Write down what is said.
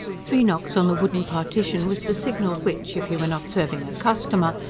three knocks on the wooden partition was the signal which, if he were not serving a customer,